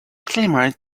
clamored